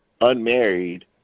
unmarried